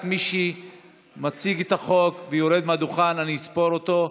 רק מי שמציג את החוק ויורד מהדוכן אני אספור אותו,